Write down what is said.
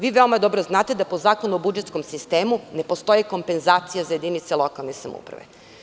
Veoma dobro znate da po Zakonu o budžetskom sistemu ne postoje kompenzacije za jedinice lokalne samouprave.